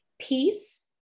peace